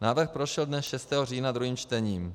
Návrh prošel dne 6. října druhým čtením.